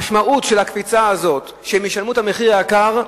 משמעות הקפיצה הזאת, שהם ישלמו את המחיר היקר,